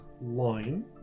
line